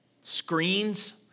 screens